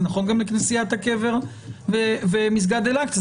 זה נכון גם לכנסיית הקבר ולמסגד אל אקצה.